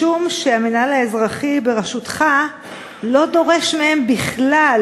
משום שהמינהל האזרחי בראשותך לא דורש מהם בכלל,